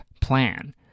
plan